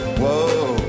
whoa